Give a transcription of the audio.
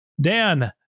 Dan